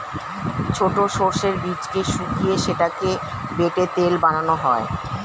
ছোট সর্ষের বীজকে শুকিয়ে সেটাকে বেটে তেল বানানো হয়